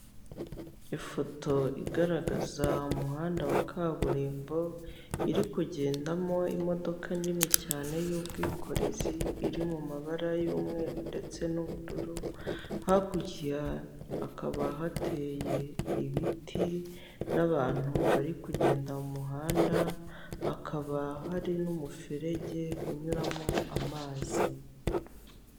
Ifoto igaragaza umuhanda wa kaburimbo iri kugendamo imodoka nini cyane y'ubwikorezi iri mu mabara y'umweru ndetse n'ubururu, hakurya hakaba hateye ibiti n'abantu bari kugenda mu muhanda, hakaba hari n'umuferege unyuramo amazi.